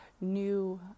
new